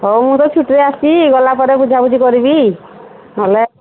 ହଉ ମୁଁ ତ ଛୁଟିରେ ଆସିଛି ଗଲା ପରେ ବୁଝା ବୁଝି କରିବି ନହେଲେ